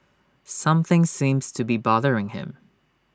something seems to be bothering him